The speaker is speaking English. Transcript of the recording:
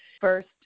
first